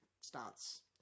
starts